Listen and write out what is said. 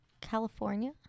California